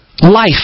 life